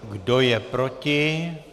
Kdo je proti?